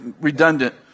redundant